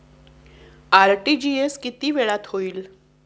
RTGS किती वेळात होईल?